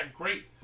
great